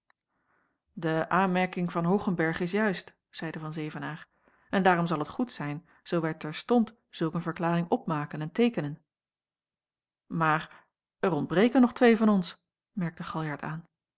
de aanmerking van hoogenberg is juist zeide van zevenaer en daarom zal t goed zijn zoo wij terstond zulk een verklaring opmaken en teekenen maar er ontbreken nog twee van ons merkte galjart aan